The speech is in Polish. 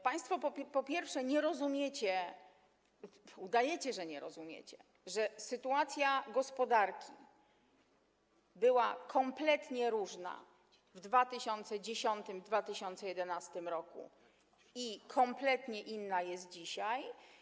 Państwo, po pierwsze, nie rozumiecie, udajecie, że nie rozumiecie, że sytuacja gospodarki była kompletnie inna w 2010 i 2011 r., kompletnie inna jest dzisiaj.